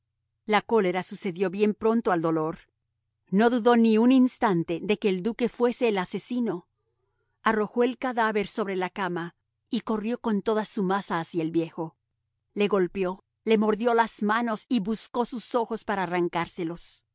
la cólera sucedió bien pronto al dolor no dudó ni un instante de que el duque fuese el asesino arrojó el cadáver sobre la cama y corrió con toda su masa hacia el viejo le golpeó le mordió las manos y buscó sus ojos para arrancárselos